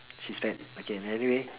she's fat okay anyway